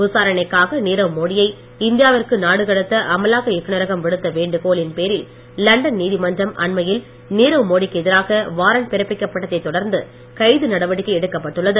விசாரணைக்காக நீரவ் மோடியை இந்தியாவிற்கு நாடுகடத்த அமலாக்க இயக்குநரகம் விடுத்த வேண்டுகோளில் பேரில் நீரவ்மோடிக்கு எதிராக வாரண்ட் பிறப்பிக்கப்பட்டதை தொடர்ந்து கைது நடவடிக்கை எடுக்கப்பட்டுள்ளது